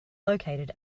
located